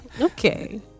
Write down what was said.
Okay